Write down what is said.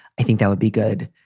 i think that would be good.